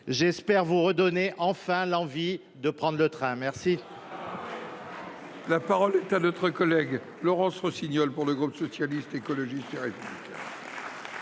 j’espère vous redonner enfin l’envie de prendre le train ! La parole est à Mme Laurence Rossignol, pour le groupe Socialiste, Écologiste et Républicain.